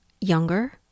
younger